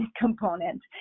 component